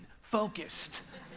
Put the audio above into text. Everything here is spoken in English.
focused